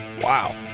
Wow